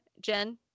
Jen